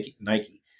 Nike